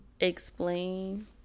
explain